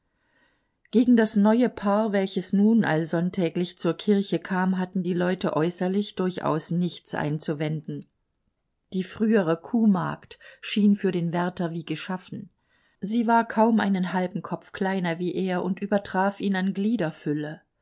gegen das neue paar welches nun allsonntäglich zur kirche kam hatten die leute äußerlich durchaus nichts einzuwenden die frühere kuhmagd schien für den wärter wie geschaffen sie war kaum einen halben kopf kleiner wie er und übertraf ihn an